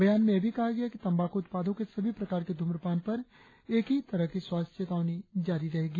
बयान मेंयह भी कहा गया है कि तंबाकू उत्पादों के सभी प्रकार के ध्रमपान पर एक ही तरह की स्वास्थ्य चेतावनी रहेगी